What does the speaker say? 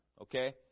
Okay